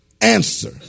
answer